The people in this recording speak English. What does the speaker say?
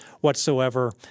whatsoever